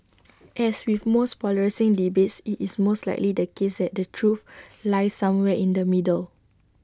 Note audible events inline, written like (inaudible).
(noise) as with most polarising debates IT is most likely the case that the truth lies somewhere in the middle